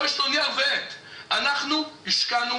אנחנו השקענו